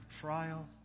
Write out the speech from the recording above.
trial